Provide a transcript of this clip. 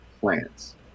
plants